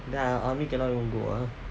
theni army cannot even go